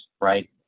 right